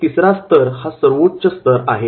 तिसरा स्तर हा सर्वोच्च स्तर आहे